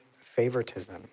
favoritism